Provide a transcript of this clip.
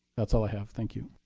that's all i have. thank you.